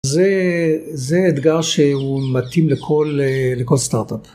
זה אתגר שהוא מתאים לכל סטארט-אפ.